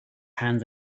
hands